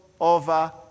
over